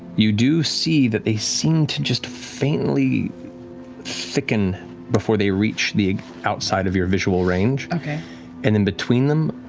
you do see that they seem to just faintly thicken before they reach the outside of your visual range, and in between them,